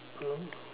hmm